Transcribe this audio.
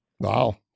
Wow